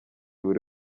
buri